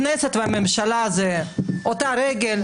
הכנסת והממשלה זה אותה רגל,